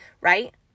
right